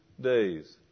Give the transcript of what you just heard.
days